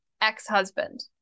ex-husband